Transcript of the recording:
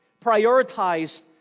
prioritized